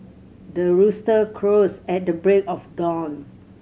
the rooster crows at the break of dawn